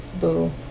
Boo